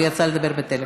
הוא יצא לדבר בטלפון.